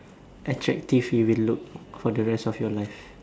attractive you will look for the rest of your life